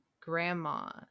grandma